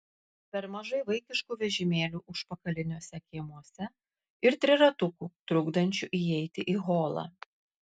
per mažai vaikiškų vežimėlių užpakaliniuose kiemuose ir triratukų trukdančių įeiti į holą